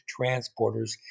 transporters